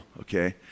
Okay